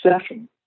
session